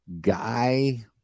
guy